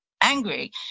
angry